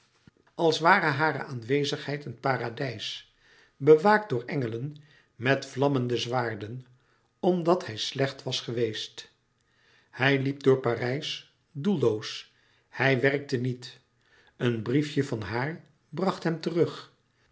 als ware hare aanwezigheid een paradijs bewaakt door engelen met vlammende zwaarden omdat hij slecht was geweest hij liep door parijs doelloos hij werkte niet een briefje van haar bracht hem terug